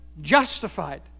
justified